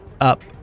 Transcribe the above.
up